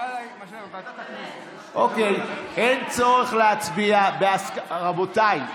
אין צורך להצביע, רבותיי,